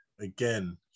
again